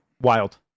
Wild